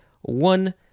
One